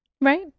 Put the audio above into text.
right